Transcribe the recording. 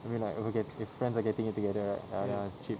I mean like it's okay if friends are getting it together right ya then I'll chip